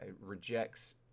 rejects